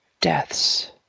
deaths